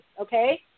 okay